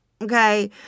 okay